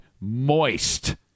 Moist